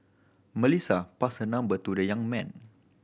Melissa passed her number to the young man